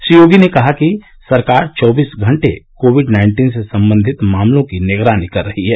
श्री योगी ने कहा कि सरकार चौबीस घंटे कोविड नाइन्टीन से संबंधित मामलों की निगरानी कर रही है